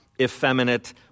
effeminate